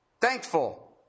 thankful